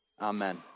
amen